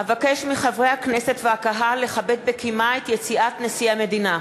אבקש מחברי הכנסת והקהל לכבד בקימה את יציאת נשיא המדינה.